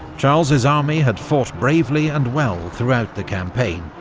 charles's army had fought bravely and well throughout the campaign.